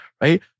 right